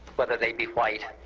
whether they be white,